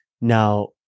Now